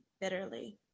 bitterly